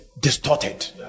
distorted